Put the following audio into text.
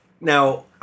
Now